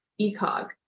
ECOG